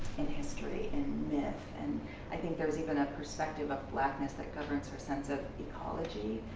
in history, in myth. and i think there's even a perspective of blackness that governs her sense of ecology.